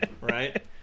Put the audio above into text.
Right